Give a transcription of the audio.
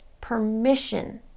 permission